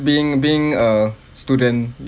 being being a student